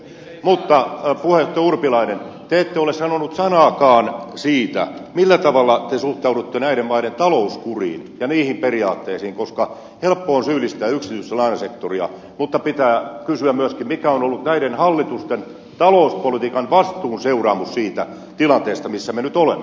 mutta puheenjohtaja urpilainen te ette ole sanonut sanaakaan siitä millä tavalla te suhtaudutte näiden maiden talouskuriin ja niihin periaatteisiin koska on helppo syyllistää yksityistä lainasektoria mutta pitää kysyä myöskin mikä on ollut näiden hallitusten talouspolitiikan vastuun seuraamus siitä tilanteesta missä me nyt olemme